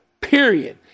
period